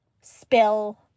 spill